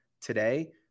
today